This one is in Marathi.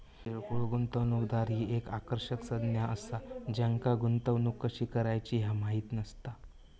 किरकोळ गुंतवणूकदार ही एक आकर्षक संज्ञा असा ज्यांका गुंतवणूक कशी करायची ह्या माहित नसता